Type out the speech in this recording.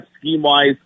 scheme-wise